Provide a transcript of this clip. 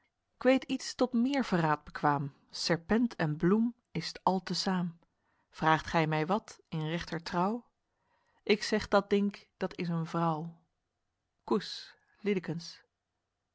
k weet iets tot meer verraed bekwaem serpent en bloem ist altesaem vraegt ghij my wat in rechter trouw ick segh dat dinck dat is een vrouw coes